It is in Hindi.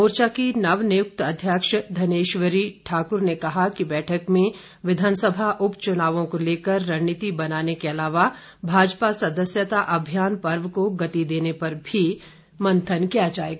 मोर्चा की नवनियुक्त अध्यक्ष धनेश्वरी ठाकुर ने कहा कि बैठक में विधानसभा उपचुनावों को लेकर रणनीति बनाने के अलावा भाजपा सदस्यता अभियान पर्व को गति देने पर भी मंथन किया जाएगा